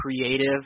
creative